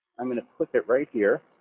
i'm going to click it right here,